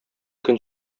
көн